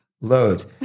Loads